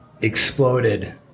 exploded